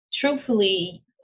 truthfully